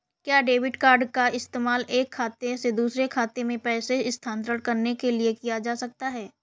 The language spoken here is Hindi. क्या डेबिट कार्ड का इस्तेमाल एक खाते से दूसरे खाते में पैसे स्थानांतरण करने के लिए किया जा सकता है?